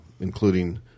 including